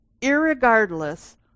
irregardless